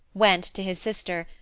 went to his sister,